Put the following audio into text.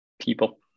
people